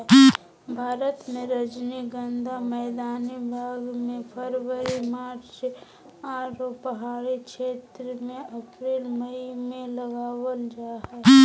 भारत मे रजनीगंधा मैदानी भाग मे फरवरी मार्च आरो पहाड़ी क्षेत्र मे अप्रैल मई मे लगावल जा हय